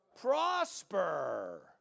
prosper